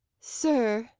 sir,